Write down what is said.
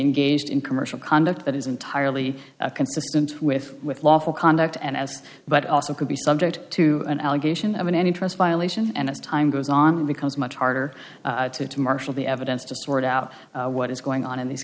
engaged in commercial conduct that is entirely consistent with with lawful conduct and as but also could be subject to an allegation of an any trust violation and as time goes on it becomes much harder to to marshal the evidence to sort out what is going on in these